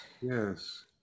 yes